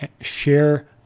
share